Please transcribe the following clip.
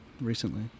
recently